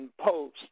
Post